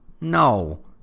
no